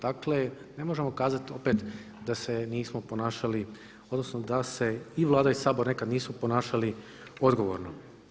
Dakle ne možemo kazati opet da se nismo ponašali odnosno da se i Vlada i Sabora nekada nisu ponašali odgovorno.